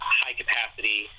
high-capacity